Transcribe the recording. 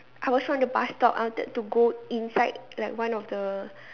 I was on the bus stop I wanted to go inside like one of the